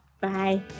bye